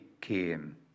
came